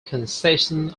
concession